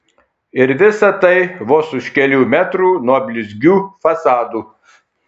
ir visa tai vos už kelių metrų nuo blizgių fasadų